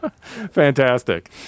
Fantastic